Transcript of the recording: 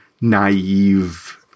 naive